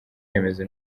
remezo